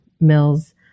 mills